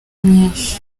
myinshi